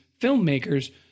filmmakers